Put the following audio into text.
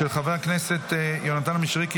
של חבר הכנסת יונתן מישרקי,